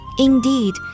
Indeed